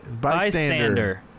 Bystander